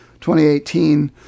2018